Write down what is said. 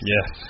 Yes